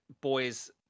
boys